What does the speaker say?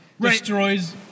destroys